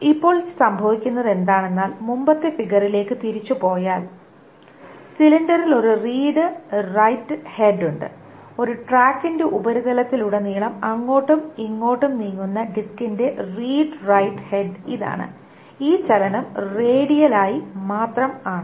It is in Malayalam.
ഇപ്പോൾ സംഭവിക്കുന്നത് എന്താണെന്നാൽ മുമ്പത്തെ ഫിഗറിലേക്കു തിരിച്ചുപോയാൽ സിലിണ്ടറിൽ ഒരു റീഡ് റൈറ്റ് ഹെഡ് ഉണ്ട് ഒരു ട്രാക്കിന്റെ ഉപരിതലത്തിലുടനീളം അങ്ങോട്ടും ഇങ്ങോട്ടും നീങ്ങുന്ന ഡിസ്കിന്റെ റീഡ് റൈറ്റ് ഹെഡ് ഇതാണ് ഈ ചലനം റേഡിയലായി മാത്രം ആണ്